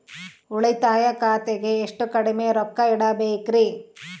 ಉಳಿತಾಯ ಖಾತೆಗೆ ಎಷ್ಟು ಕಡಿಮೆ ರೊಕ್ಕ ಇಡಬೇಕರಿ?